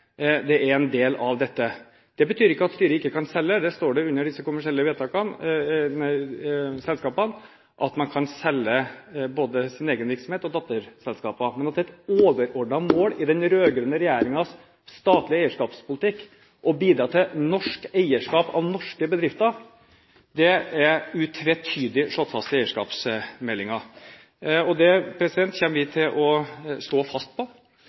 Det er en del av dette. Det betyr ikke at styret ikke kan selge – under disse to forskjellige selskapene står det at man kan selge både sin egen virksomhet og datterselskaper – men at det er et overordnet mål i den rød-grønne regjeringens statlige eierskapspolitikk å bidra til norsk eierskap av norske bedrifter. Det er utvetydig slått fast i eierskapsmeldingen, og det kommer vi til å stå fast på